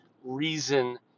reason